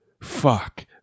fuck